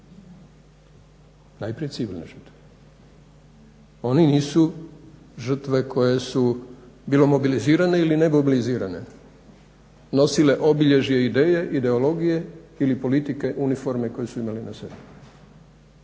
Najprije civilne žrtve. Oni nisu žrtve koji su bilo mobilizirane ili nemobilizirane nosile obilježje ideje, ideologije ili politike uniforme koju su imali na sebi.